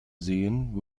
sehen